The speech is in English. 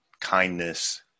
Kindness